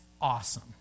awesome